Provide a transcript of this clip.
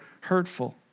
hurtful